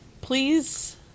Please